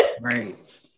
Right